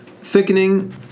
Thickening